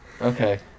Okay